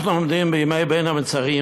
אנחנו עומדים בימי בין המצרים,